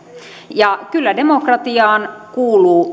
ja kyllä demokratiaan kuuluu